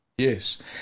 Yes